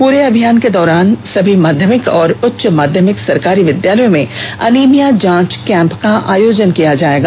पूरे अभियान के दौरान सभी माध्यमिक और उच्च माध्यमिक सरकारी विद्यालयों में अनीमिया जांच कैंप का आयोजन किया जाएगा